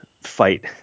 fight